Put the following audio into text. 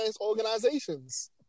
organizations